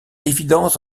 l’évidence